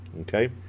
okay